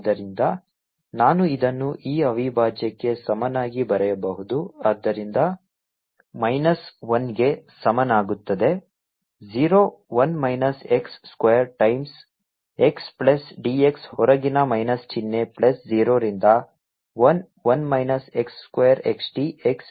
ಆದ್ದರಿಂದ ನಾನು ಇದನ್ನು ಈ ಅವಿಭಾಜ್ಯಕ್ಕೆ ಸಮನಾಗಿ ಬರೆಯಬಹುದು ಆದ್ದರಿಂದ ಮೈನಸ್ 1 ಗೆ ಸಮನಾಗುತ್ತದೆ 0 1 minus x square times x plus dx ಹೊರಗಿನ ಮೈನಸ್ ಚಿಹ್ನೆ ಪ್ಲಸ್ 0 ರಿಂದ 1 1 minus x square xd x